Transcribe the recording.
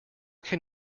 can